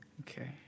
Okay